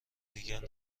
دیگر